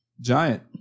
giant